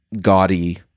gaudy